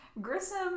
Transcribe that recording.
Grissom